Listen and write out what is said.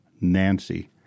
Nancy